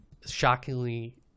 shockingly